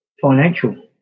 financial